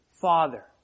Father